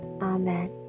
Amen